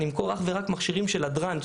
אני אמכור אך ורק מכשירים של הדרן,